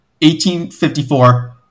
1854